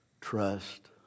trust